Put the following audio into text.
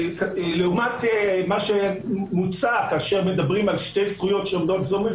לעומת מה שמוצע כאשר מדברים על שתי זכויות שעומדות זו מול